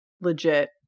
legit